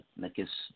naqueles